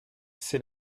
c’est